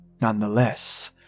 nonetheless